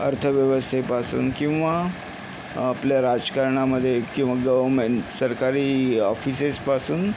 अर्थव्यवस्थेपासून किंवा आपल्या राजकारणामध्ये किंवा गवर्नमेंट सरकारी ऑफिसेस पासून